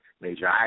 Major